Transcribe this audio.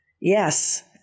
Yes